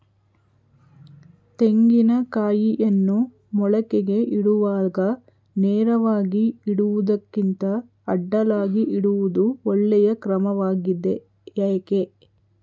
ತೆಂಗಿನ ಕಾಯಿಯನ್ನು ಮೊಳಕೆಗೆ ಇಡುವಾಗ ನೇರವಾಗಿ ಇಡುವುದಕ್ಕಿಂತ ಅಡ್ಡಲಾಗಿ ಇಡುವುದು ಒಳ್ಳೆಯ ಕ್ರಮವಾಗಿದೆ ಏಕೆ?